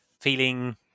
feeling